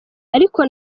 ariko